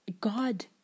God